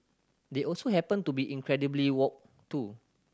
they also happen to be incredibly woke too